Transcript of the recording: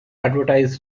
advertise